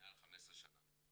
מעל 15 שנה.